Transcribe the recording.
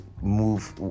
move